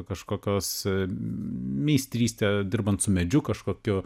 kažkokios mm meistrystė dirbant su medžiu kažkokiu